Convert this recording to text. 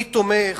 אני תומך